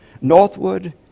northward